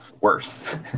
Worse